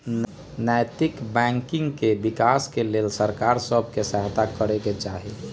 नैतिक बैंकिंग के विकास के लेल सरकार सभ के सहायत करे चाही